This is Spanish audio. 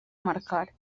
marcar